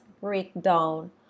breakdown